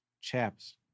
Chaps